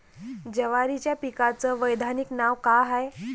जवारीच्या पिकाचं वैधानिक नाव का हाये?